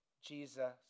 Jesus